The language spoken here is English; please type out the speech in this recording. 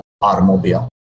automobile